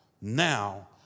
now